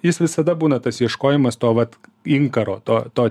jis visada būna tas ieškojimas to vat inkaro to to